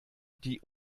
die